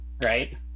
right